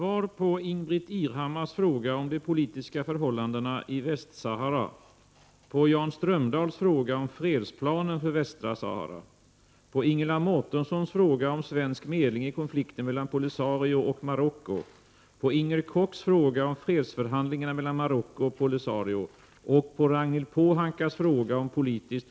Kriget i Västsahara har nu pågått i 13 år. Sverige har i FN bifallit en resolution om en fredsplan för att lösa konflikten mellan Polisario och Marocko. Sverige har i olika sammanhang engagerats som medlare i internationella konflikter. Det vore positivt om Sverige skulle kunna agera på likartat sätt i denna konflikt.